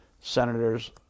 senators